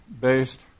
based